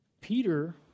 Peter